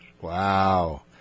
Wow